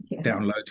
download